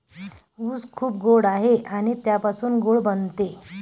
ऊस खूप गोड आहे आणि त्यापासून गूळ बनतो